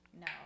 No